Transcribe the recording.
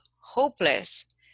hopeless